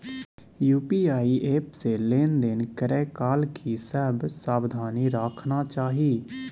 UPI app से लेन देन करै काल की सब सावधानी राखना चाही?